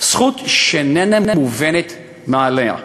זכות שאיננה מובנת מאליה.